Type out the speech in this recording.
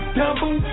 double